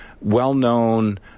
well-known